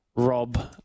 Rob